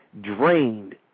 drained